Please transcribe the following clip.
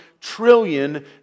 trillion